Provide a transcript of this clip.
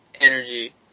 energy